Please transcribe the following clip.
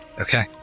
Okay